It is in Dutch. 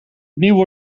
opnieuw